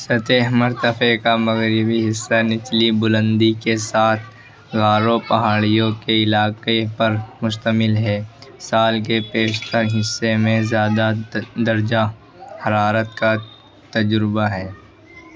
سطح مرتفع کا مغربی حصہ نچلی بلندی کے ساتھ گارو پہاڑیوں کے علاقے پر مشتمل ہے سال کے بیشتر حصے میں زیادہ درجہ حرارت کا تجربہ ہے